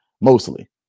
mostly